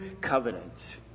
covenant